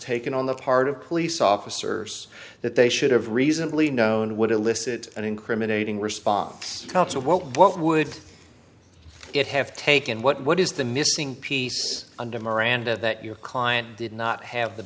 taken on the part of police officers that they should have reasonably known would elicit an incriminating response counsel what would it have taken what is the missing piece under miranda that your client did not have the